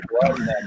blood